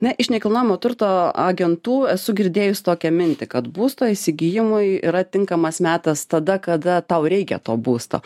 na iš nekilnojamo turto agentų esu girdėjus tokią mintį kad būsto įsigijimui yra tinkamas metas tada kada tau reikia to būsto